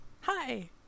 Hi